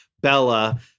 Bella